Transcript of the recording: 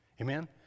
Amen